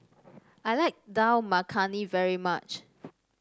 I like Dal Makhani very much